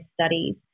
studies